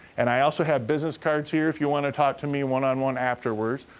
and i also have business cards here if you wanna talk to me one-on-one afterwards.